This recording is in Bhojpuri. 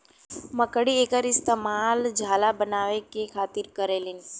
मकड़ी एकर इस्तेमाल जाला बनाए के खातिर करेलीन